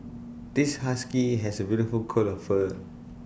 this husky has A beautiful coat of fur